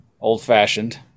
Old-fashioned